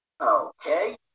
Okay